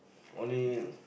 only